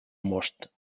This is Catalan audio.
most